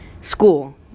school